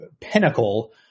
pinnacle